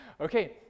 Okay